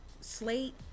Slate